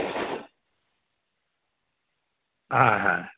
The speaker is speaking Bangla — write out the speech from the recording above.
হ্যাঁ